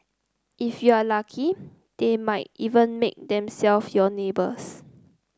if you are lucky they might even make themselve your neighbours